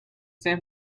san